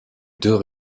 deux